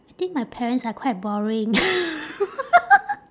I think my parents are quite boring